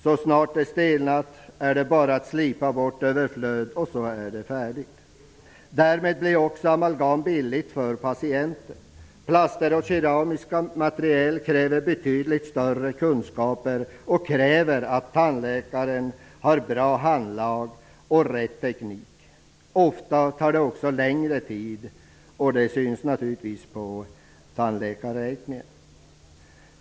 Så snart det har stelnat är det bara att slipa bort överflöd, och så är det färdigt. Därmed blir också amalgam billigt för patienten. Plaster och keramiska material kräver betydligt större kunskaper och kräver att tandläkaren har bra handlag och rätt teknik. Ofta tar det också längre tid, och det syns naturligtvis på tandläkarräkningen.